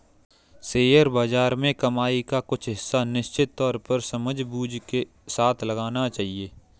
share बाज़ार में कमाई का कुछ हिस्सा निश्चित तौर पर समझबूझ के साथ लगाना चहिये